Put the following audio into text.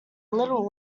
little